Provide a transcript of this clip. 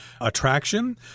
attraction